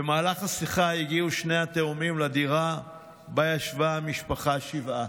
במהלך השיחה הגיעו שני התאומים לדירה שבה ישבה המשפחה שבעה.